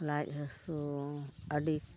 ᱞᱟᱡ ᱦᱟᱹᱥᱩ ᱟᱹᱰᱤ